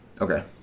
Okay